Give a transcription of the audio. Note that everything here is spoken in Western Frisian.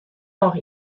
noch